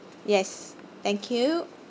yes thank you